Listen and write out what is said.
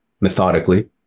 methodically